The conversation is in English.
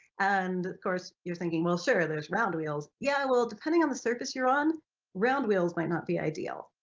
and of course you're thinking well sure there's round wheels, yeah well depending on the surface you're on round wheels might not be ideal.